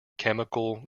chemical